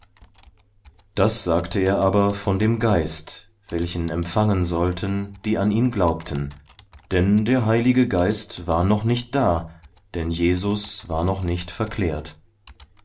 das sagte er aber von dem geist welchen empfangen sollten die an ihn glaubten denn der heilige geist war noch nicht da denn jesus war noch nicht verklärt